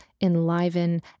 enliven